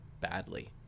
badly